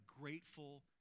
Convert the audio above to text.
grateful